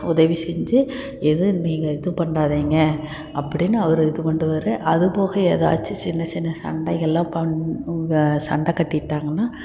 உதவி செஞ்சு எது நீங்கள் இது பண்ணாதீங்க அப்படின்னு அவர் இது பண்ணுவாரு அதுப்போக எதாச்சும் சின்ன சின்ன சண்டைகள்லாம் பண்ணு சண்டை கட்டிவிட்டாங்கன்னா